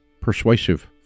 persuasive